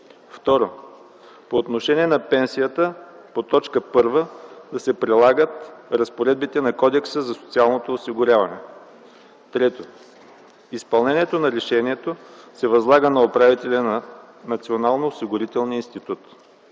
2. По отношение на пенсията по т. 1 да се прилагат разпоредбите на Кодекса за социално осигуряване. 3. Изпълнението на решението се възлага на управителя на Националния осигурителен институт.”